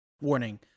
Warning